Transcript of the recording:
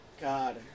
God